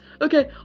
Okay